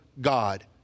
God